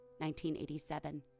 1987